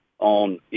On